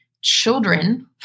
children